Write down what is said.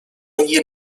遗留